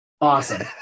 Awesome